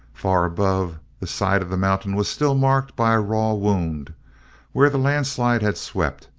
far above, the side of the mountain was still marked by a raw wound where the landslide had swept,